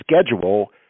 schedule